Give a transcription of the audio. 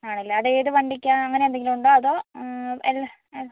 ആണല്ലേ അത് ഏത് വണ്ടിക്കാണ് അങ്ങനെ എന്തെങ്കിലും ഉണ്ടോ അതോ എല്ലാ